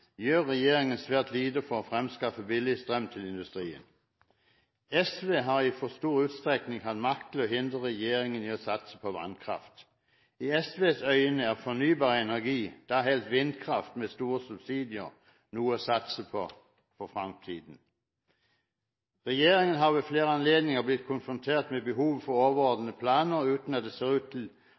gjør regjeringen svært lite for å fremskaffe billig strøm til industrien. SV har i for stor utstrekning hatt makt til å hindre regjeringen i å satse på vannkraft. I SVs øyne er fornybar energi – og da helst vindkraft med store subsidier – noe å satse på for fremtiden. Regjeringen har ved flere anledninger blitt konfrontert med behovet for overordnede planer, uten at det ser ut til